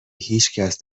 هیچکس